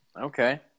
Okay